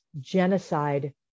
genocide